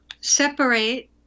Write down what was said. separate